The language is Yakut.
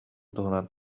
туһунан